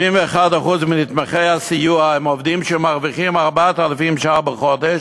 71% מנתמכי הסיוע הם עובדים שמרוויחים 4,000 ש"ח בחודש,